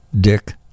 Dick